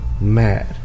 mad